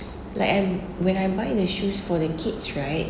like I when I buy the shoes for the kids right